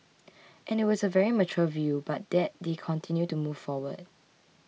and it was a very mature view but that they continue to move forward